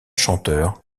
chanteur